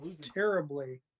terribly